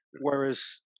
Whereas